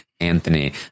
Anthony